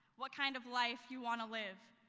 what kind of life you want to live.